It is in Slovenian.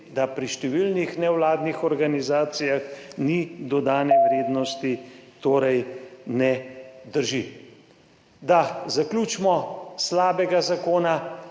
da pri številnih nevladnih organizacijah ni dodane vrednosti, torej ne drži. Da zaključimo slabega zakona,